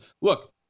Look